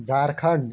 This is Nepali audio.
झारखण्ड